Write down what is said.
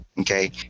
Okay